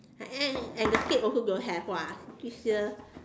and and at the scape also don't have [what] this year